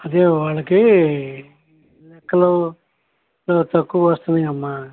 అదే వాళ్ళకి లెక్కల్లో మార్క్స్ తక్కువ వస్తున్నాయమ్మ